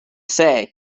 say